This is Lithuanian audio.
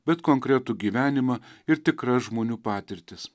bet konkretų gyvenimą ir tikras žmonių patirtis